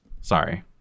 Sorry